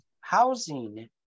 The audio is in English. housing